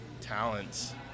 talents